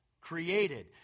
created